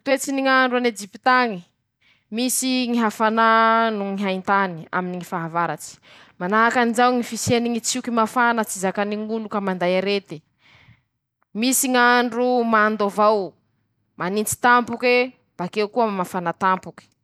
Toetsy ny ñ'andro an'ejipit'añe: Misy ñy hafanà noho ny ñy haintany aminy ñy fahavaratsy, manahakanjao ñy fisiany ñy tsioky mafana ka tsy zakany ñ'olo ka manday arety, misy ñ'andro mando avao, manintsy tampoke bakeo koa mafana tampoke.